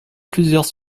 plusieurs